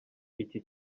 iki